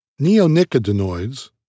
Neonicotinoids